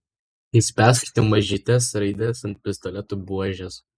jis perskaitė mažytes raides ant pistoleto buožės